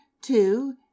two